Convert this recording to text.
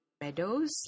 Meadows